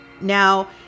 Now